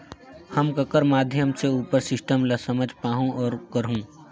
हम ककर माध्यम से उपर सिस्टम ला समझ पाहुं और करहूं?